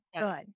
good